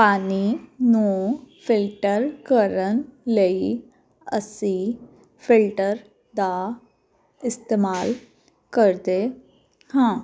ਪਾਣੀ ਨੂੰ ਫਿਲਟਰ ਕਰਨ ਲਈ ਅਸੀਂ ਫਿਲਟਰ ਦਾ ਇਸਤੇਮਾਲ ਕਰਦੇ ਹਾਂ